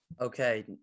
Okay